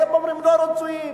אתם אומרים: לא רצויים.